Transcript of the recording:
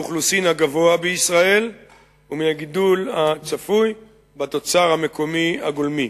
האוכלוסין בישראל ומהגידול הצפוי בתוצר המקומי הגולמי.